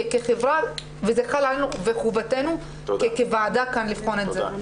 כחברה וזה חובתנו כוועדה כאן לבחון את זה.